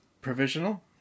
provisional